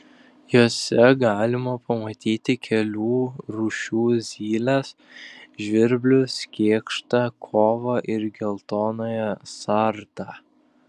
jose galima pamatyti kelių rūšių zyles žvirblius kėkštą kovą ir geltonąją sartą